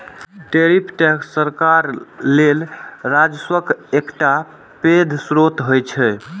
tariff tax सरकार लेल राजस्वक एकटा पैघ स्रोत होइ छै